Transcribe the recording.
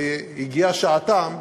והגיעה שעתם,